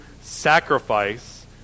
sacrifice